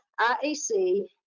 IAC